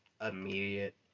immediate